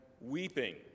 weeping